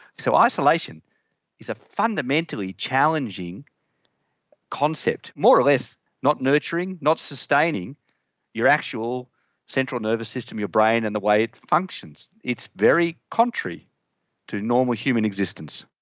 so isolation is a fundamentally challenging concept, more or less not nurturing, not sustaining your actual central nervous system, your brain and the way it functions. it's very contrary to normal human existence.